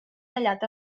tallat